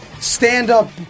stand-up